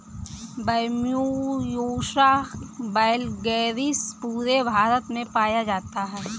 Bambusa vulgaris पूरे भारत में पाया जाता है